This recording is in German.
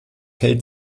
hält